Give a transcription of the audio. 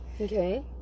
Okay